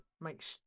make